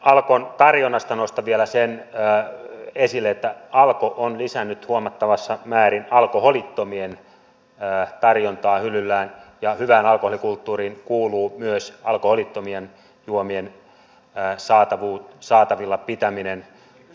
alkon tarjonnasta nostan vielä sen esille että alko on lisännyt huomattavassa määrin alkoholittomien tarjontaa hyllyillään ja hyvään alkoholikulttuuriin kuuluu myös alkoholittomien juomien saatavilla pitäminen